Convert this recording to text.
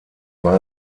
war